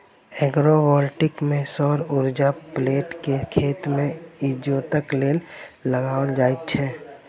agrovoltaic मे सौर उर्जाक प्लेट के खेत मे इजोतक लेल लगाओल जाइत छै